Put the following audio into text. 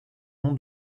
nom